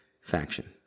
faction